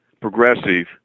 progressive